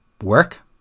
work